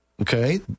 Okay